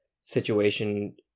situation